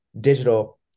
digital